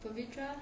pavitra